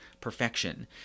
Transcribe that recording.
perfection